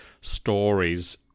stories